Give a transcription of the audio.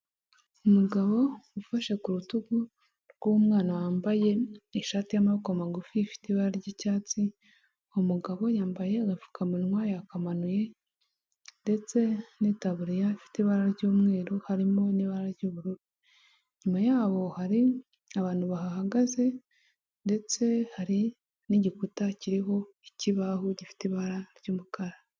Umugabo ufashe ku rutugu rw'umwana wambaye ishati y'amaboko magufi ifite ibara ry'icyatsi, uwo mugabo yambaye agapfukamunwa yakamanuye, ndetse n'itaburiya ifite ibara ry'umweru harimo n'ibara ry'ubururu. Inyuma yabo hari abantu bahahagaze, ndetse hari n'igikuta kiriho ikibaho gifite ibara ry'umukara.